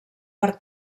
per